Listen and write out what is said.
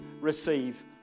receive